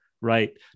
right